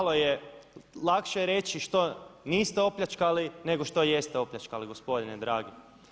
Lakše je reći što niste opljačkali nego što jeste opljačkali gospodine dragi.